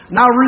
Now